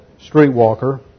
streetwalker